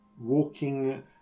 walking